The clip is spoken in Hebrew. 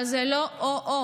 אבל זה לא או-או.